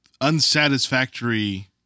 unsatisfactory